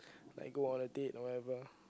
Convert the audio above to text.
like go on a date or whatever